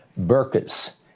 burkas